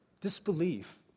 disbelief